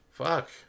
Fuck